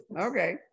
Okay